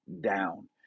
down